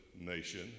nation